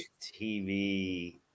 tv